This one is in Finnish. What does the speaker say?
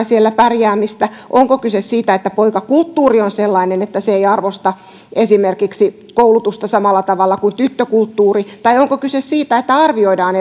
siellä pärjäämistä onko kyse siitä että poikakulttuuri on sellainen että se ei arvosta esimerkiksi koulutusta samalla tavalla kuin tyttökulttuuri tai onko kyse siitä että arvioidaan